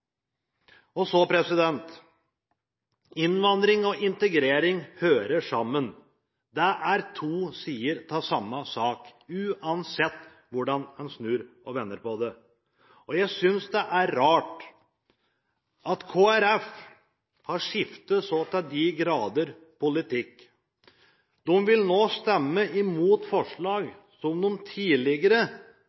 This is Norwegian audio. slik. Så: Innvandring og integrering hører sammen. Det er to sider av samme sak, uansett hvordan en snur og vender på det. Jeg synes det er rart at Kristelig Folkeparti har skiftet politikk så til de grader. De vil nå stemme mot forslag som de tidligere